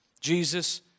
Jesus